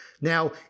Now